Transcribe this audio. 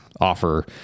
offer